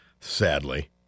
sadly